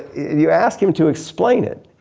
you ask him to explain it,